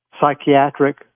psychiatric